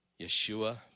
Yeshua